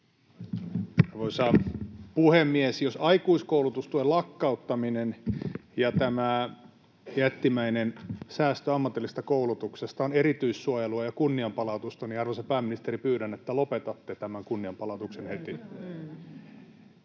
Arvoisa puhemies! Jos aikuiskoulutustuen lakkauttaminen ja tämä jättimäinen säästö ammatillisesta koulutuksesta on erityissuojelua ja kunnianpalautusta, niin, arvoisa pääministeri, pyydän, että lopetatte tämän kunnianpalautuksen heti.